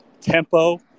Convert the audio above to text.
tempo